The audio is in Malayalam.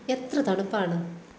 എത്ര തണുപ്പാണ്